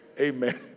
Amen